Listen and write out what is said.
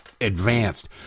advanced